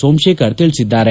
ಸೋಮಶೇಖರ್ ತಿಳಿಸಿದ್ದಾರೆ